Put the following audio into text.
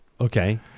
Okay